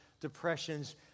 depressions